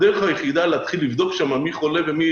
הדרך היחידה להתחיל לבדוק שם מי חולה ומי